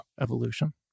evolution